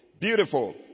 Beautiful